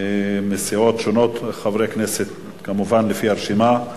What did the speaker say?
חברי כנסת מסיעות שונות, כמובן, לפי הרשימה.